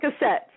cassettes